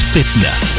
Fitness